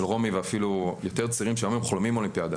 רומי ואפילו יותר צעירים שחולמים על אולימפיאדה,